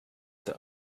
the